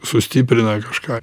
sustiprina kažką